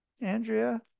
Andrea